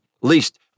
Least